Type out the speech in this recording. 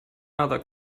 other